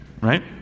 right